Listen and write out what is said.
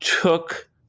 took